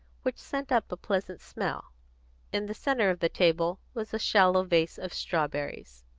which sent up a pleasant smell in the centre of the table was a shallow vase of strawberries.